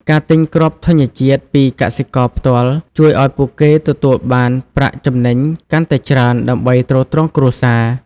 ការទិញគ្រាប់ធញ្ញជាតិពីកកសិករផ្ទាល់ ជួយឱ្យពួកគេទទួលបានប្រាក់ចំណេញកាន់តែច្រើនដើម្បីទ្រទ្រង់គ្រួសារ។